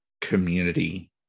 community